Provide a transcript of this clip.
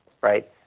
right